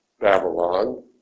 Babylon